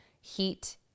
heat